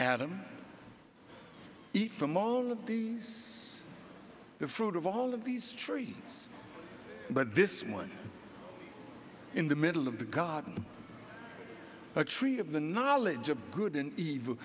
eat from all of these the fruit of all of these trees but this one in the middle of the garden a tree of the knowledge of good and evil